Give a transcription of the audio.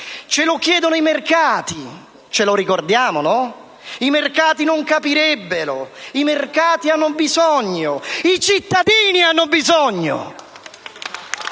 «Ce lo chiedono i mercati». Ce lo ricordiamo? «I mercati non capirebbero». «I mercati hanno bisogno». I cittadini hanno bisogno!